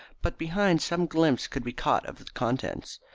but behind some glimpse could be caught of the contents.